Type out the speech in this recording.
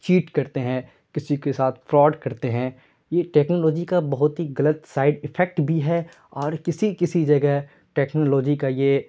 chat کرتے ہیں کسی کے ساتھ فراڈ کرتے ہیں یہ ٹیکنالوجی کا بہت ہی غلط سائڈ افیکٹ بھی ہے اور کسی کسی جگہ ٹیکنالوجی کا یہ